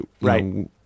right